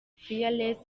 fearless